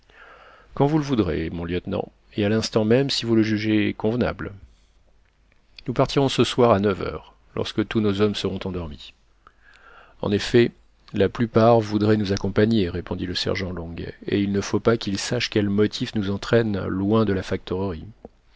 quand vous le voudrez mon lieutenant et à l'instant même si vous le jugez convenable nous partirons ce soir à neuf heures lorsque tous nos hommes seront endormis en effet la plupart voudraient nous accompagner répondit le sergent long et il ne faut pas qu'ils sachent quel motif nous entraîne loin de la